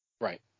right